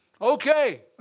Okay